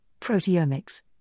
proteomics